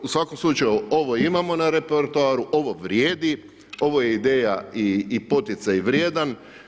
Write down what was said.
U svakom slučaju ovo imamo na repertuaru, ovo vrijedi, ovo je ideja i poticaj vrijedan.